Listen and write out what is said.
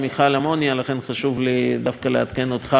לכן חשוב לי דווקא לעדכן אותך אישית.